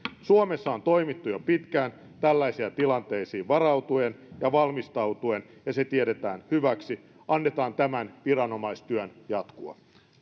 suomessa on toimittu jo pitkään tällaisiin tilanteisiin varautuen ja valmistautuen ja se tiedetään hyväksi annetaan tämän viranomaistyön jatkua